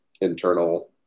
internal